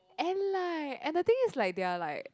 and like and the thing is like they're like